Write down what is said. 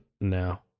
now